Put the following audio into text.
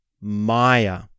Maya